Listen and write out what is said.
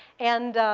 and